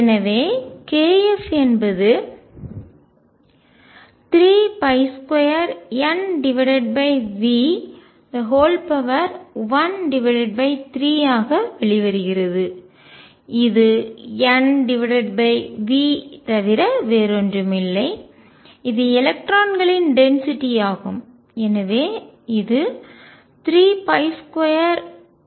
எனவே kF என்பது 32NV13 ஆக வெளிவருகிறது இது N V தவிர வேறு ஒன்றும் இல்லை இது எலக்ட்ரான்களின் டென்சிட்டி அடர்த்தி ஆகும்